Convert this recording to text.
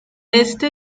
este